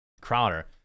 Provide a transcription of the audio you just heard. Crowder